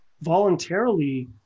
voluntarily